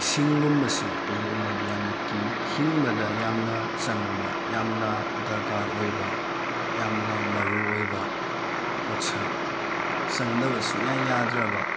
ꯏꯁꯤꯡꯒꯨꯝꯕꯁꯤ ꯑꯩꯒꯤ ꯑꯣꯏꯅꯗꯤ ꯌꯥꯝꯅ ꯀꯤ ꯍꯤꯡꯕꯗ ꯌꯥꯝꯅ ꯆꯪꯕ ꯌꯥꯝꯅ ꯗꯔꯀꯥꯔ ꯑꯣꯏꯕ ꯌꯥꯝꯅ ꯃꯔꯨ ꯑꯣꯏꯕ ꯄꯣꯠꯁꯛ ꯆꯪꯗꯕ ꯁꯨꯛꯌꯥ ꯌꯥꯗ꯭ꯔꯕ